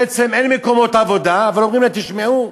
בעצם, אין מקומות עבודה, אבל אומרים להם: תשמעו,